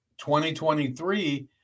2023